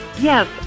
Yes